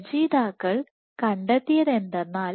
രചയിതാക്കൾ കണ്ടെത്തിയത് എന്തെന്നാൽ